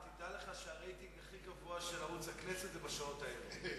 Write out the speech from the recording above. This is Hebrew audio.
דע לך שהרייטינג הכי גבוה של ערוץ הכנסת הוא בשעות האלה.